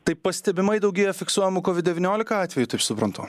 tai pastebimai daugėja fiksuojamų covid devyniolika atvejų taip suprantu